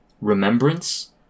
Remembrance